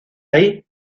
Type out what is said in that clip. ahí